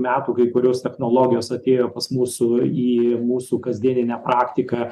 metų kai kurios technologijos atėjo pas mūsų į mūsų kasdieninę praktiką